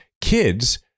kids